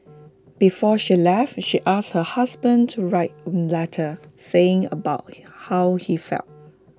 before she left she asked her husband to write A letter saying about how he felt